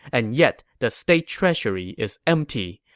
and yet the state treasury is empty.